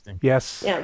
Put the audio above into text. Yes